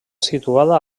situada